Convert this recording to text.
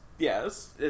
Yes